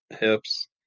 hips